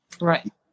Right